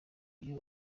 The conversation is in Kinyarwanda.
iyo